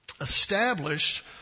established